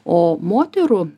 o moterų